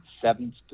seventh